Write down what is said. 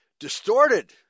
Distorted